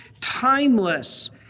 timeless